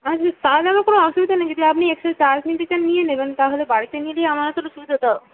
আচ্ছা তাহলে আমার কোনো অসুবিধা নেই যদি আপনি এক্সট্রা চার্জ নিতে চান নিয়ে নেবেন তাহলে বাড়িতে নিলেই আমার আসলে সুবিধা হতো